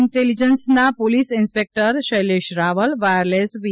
ઇન્ટેલીજન્સના police inspector Shailesh Raval wireless P